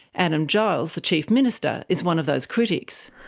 adam giles the chief minister, is one of those critics.